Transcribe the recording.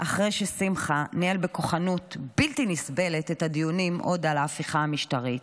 אחרי ששמחה ניהל בכוחנות בלתי נסבלת את הדיונים על ההפיכה המשטרית,